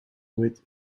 with